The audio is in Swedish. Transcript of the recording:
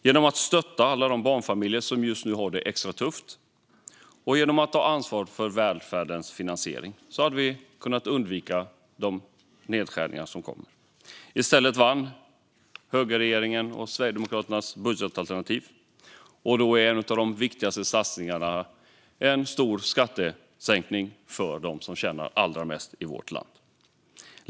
Genom att stötta alla de barnfamiljer som har det extra tufft och genom att ta ansvar för välfärdens finansiering hade vi kunnat undvika de nedskärningar som kommer. I stället vann högerregeringens och Sverigedemokraternas budgetalternativ, där en av de viktigaste satsningarna är en stor skattesänkning för dem som tjänar allra mest i vårt land.